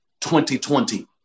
2020